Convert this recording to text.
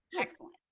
Excellent